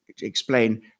explain